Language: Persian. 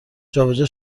جابجا